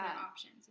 options